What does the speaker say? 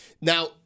Now